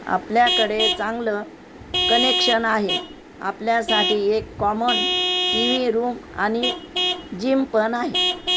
आपल्याकडे चांगलं कनेक्शन आहे आपल्यासाठी एक कॉमन टी व्ही रूम आणि जिम पण आहे